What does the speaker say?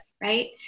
right